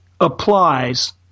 applies